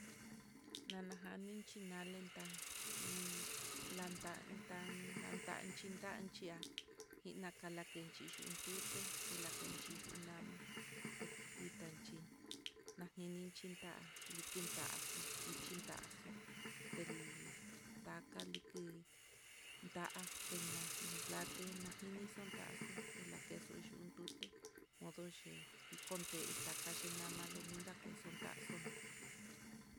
Nanajaninchí nale ta'a luu natanta, uun natan chitanchi ihá ila nakenchi ndutute lakenchi yuu nama tekuii tainchin na chinta likitanxo, ichí tanxo'o tel taka liki, nda tenda tale lajinixo ndaxo telakexo yuu tute, nodoc i konte taka xhinamalo ndinakenxo taxo na.